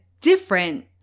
different